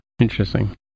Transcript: interesting